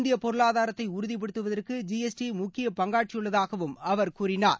இந்தியப் பொருளாதாரத்தை உறுதிப்படுத்துவதற்கு ஜிஎஸ்டி முக்கிய பங்காற்றியுள்ளதாக அவர் கூறினார்